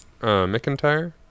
McIntyre